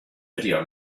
video